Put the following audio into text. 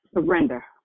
surrender